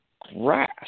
grass